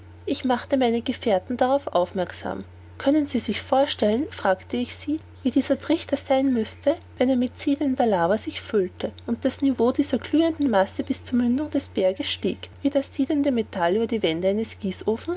ich machte meine gefährten darauf aufmerksam können sie sich vorstellen fragte ich sie wie dieser trichter sein müßte wenn er mit siedender lava sich füllte und das niveau dieser glühenden masse bis zur mündung des berges stieg wie das siedende metall über die wände des